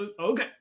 okay